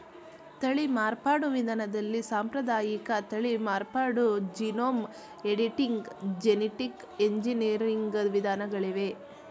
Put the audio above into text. ತಳಿ ಮಾರ್ಪಾಡು ವಿಧಾನದಲ್ಲಿ ಸಾಂಪ್ರದಾಯಿಕ ತಳಿ ಮಾರ್ಪಾಡು, ಜೀನೋಮ್ ಎಡಿಟಿಂಗ್, ಜೆನಿಟಿಕ್ ಎಂಜಿನಿಯರಿಂಗ್ ವಿಧಾನಗಳಿವೆ